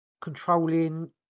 controlling